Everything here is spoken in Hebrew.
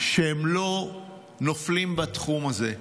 שהם לא נופלים בתחום הזה.